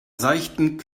seichten